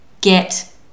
get